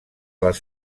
les